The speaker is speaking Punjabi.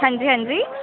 ਹਾਂਜੀ ਹਾਂਜੀ